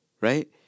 right